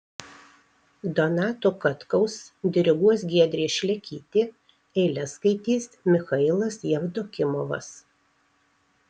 donato katkaus diriguos giedrė šlekytė eiles skaitys michailas jevdokimovas